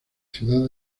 ciudad